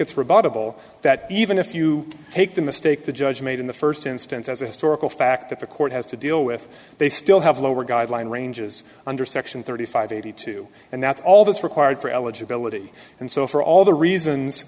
it's rebuttable that even if you take the mistake the judge made in the first instance as a historical fact that the court has to deal with they still have lower guideline ranges under section thirty five eighty two and that's all that's required for eligibility and so for all the reasons